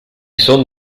son